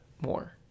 more